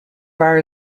far